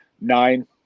nine